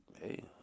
hey